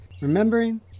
Remembering